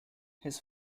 his